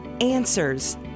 answers